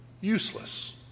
useless